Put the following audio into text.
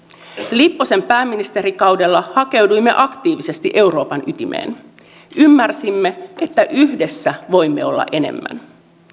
lipposen pääministerikaudella hakeuduimme aktiivisesti euroopan ytimeen ymmärsimme että yhdessä voimme olla enemmän